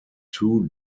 two